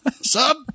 Sub